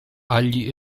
agli